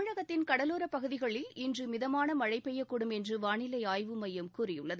தமிழகத்தின் கடலோரப் பகுதிகளில் இன்று மிதமான மழை பெய்யக்கூடும் என்று வானிலை ஆய்வு மையம் கூறியுள்ளது